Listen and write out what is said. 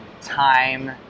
time